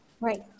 Right